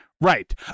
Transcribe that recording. Right